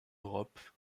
europe